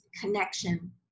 connection